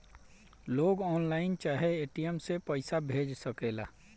लोग ऑनलाइन चाहे ए.टी.एम से पईसा भेज सकेला